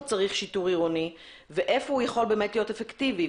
צריך שיטור עירוני ואיפה הוא יכול להיות אפקטיבי.